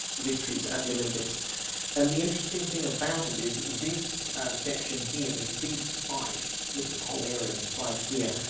victories at the olympics and the interesting thing about it is this section here, this big spike, this whole area of a spike here,